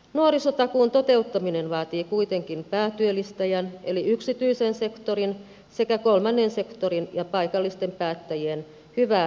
nuorisotakuun toteuttaminen vaatii kuitenkin päätyöllistäjän eli yksityisen sektorin sekä kolmannen sektorin ja paikallisten päättäjien hyvää yhteistyötä